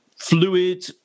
fluid